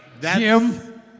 Jim